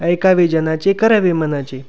ऐकावे जनाचे करावे मनाचे